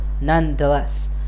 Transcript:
nonetheless